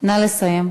נא לסיים.